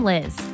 Liz